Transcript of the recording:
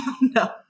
No